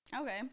okay